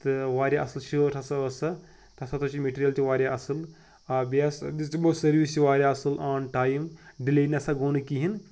تہٕ واریاہ اَصٕل شٲٹ ہَسا ٲس سۄ تَتھ ہَسا چھِ میٹیٖریَل تہِ واریاہ اَصٕل آ بیٚیہِ حظ دِژٕمو سٔروِس تہِ واریاہ اَصٕل آن ٹایم ڈِلے نہٕ سا گوٚو نہٕ کِہیٖنۍ